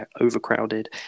overcrowded